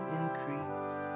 increase